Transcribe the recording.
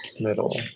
middle